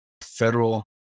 federal